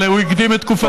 אבל הוא הקדים את תקופתו.